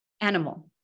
animal